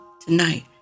tonight